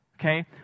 okay